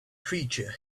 creature